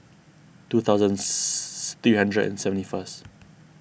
two thousand three hundred and seventy first